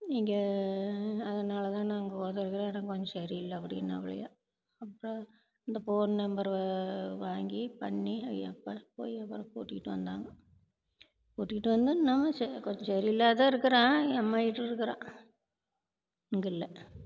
நீங்கள் அதனால்தான் நாங்கள் இடம் கொஞ்சம் சரியில்லை அப்படின்னாப்புலையா அப்புறம் இந்த ஃபோன் நம்பர் வாங்கி பண்ணி எப்பா போய் அப்புறம் கூட்டிட்டு வந்தாங்க கூட்டிகிட்டு வந்து நான் கொஞ்சம் சரியில்லாம தான் இருக்கிறான் எங்கம்மா கிட்ட இருக்கிறான் இங்கில்லை